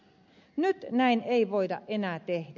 nyt näin ei voida enää tehdä